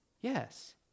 Yes